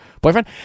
boyfriend